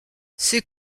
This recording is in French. c’est